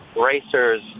racer's